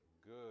good